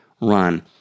run